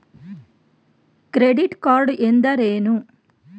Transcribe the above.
Credit card ಎಂದರೇನು?